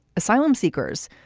asylum seekers,